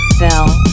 bell